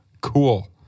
Cool